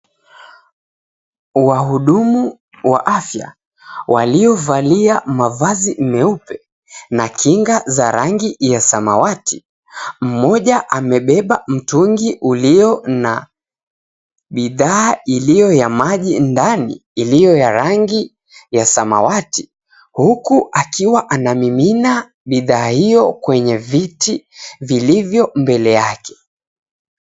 Wahudumu wa afya waliovalia mavazi meupe na kinga za rangi ya samawati. Mmoja amebeba mtungi ulio na bidhaa iliyo ya maji ndani iliyo ya rangi ya samawati huku akiwa anamimina bidhaa hiyo kwenye viti vilivyo mbele yake.